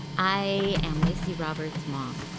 i am lacy robert's mom.